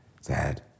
sad